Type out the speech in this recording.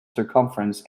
circumference